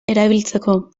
erabiltzeko